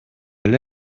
эле